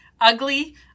ugly